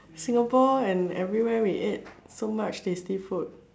Singapore and everywhere we eat so much tasty food